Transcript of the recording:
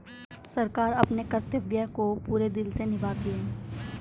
सरकार अपने कर्तव्य को पूरे दिल से निभाती है